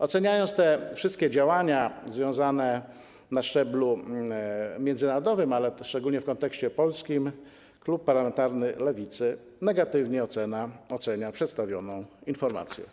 Oceniając te wszystkie działania na szczeblu międzynarodowym, szczególnie w kontekście polskim, klub parlamentarny Lewicy negatywnie ocenia przedstawioną informację.